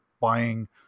buying